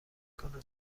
کنم